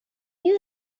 you